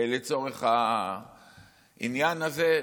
לצורך העניין הזה,